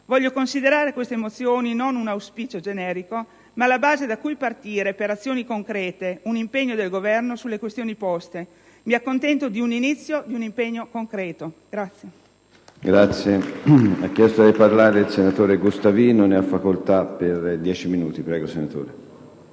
Voglio considerare queste mozioni non un auspicio generico ma la base da cui partire per azioni concrete; un impegno del Governo sulle questioni poste. Mi accontento di un inizio di un impegno concreto.